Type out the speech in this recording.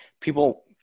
people